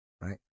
right